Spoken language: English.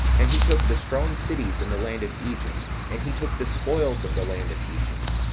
and he took the strong cities in the land of egypt and he took the spoils of the land of egypt.